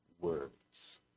words